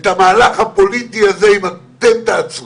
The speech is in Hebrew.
את המהלך הפוליטי הזה, אם אתם תעצרו,